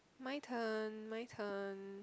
my turn my turn